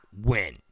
win